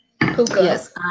Yes